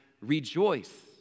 rejoice